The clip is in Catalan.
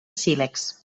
sílex